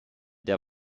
der